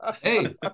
Hey